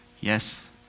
Yes